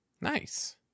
nice